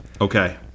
okay